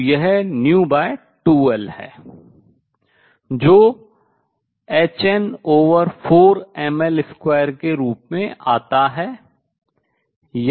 तो यह v2L है जो hn4mL2 के रूप में आता है